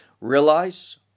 Realize